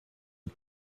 het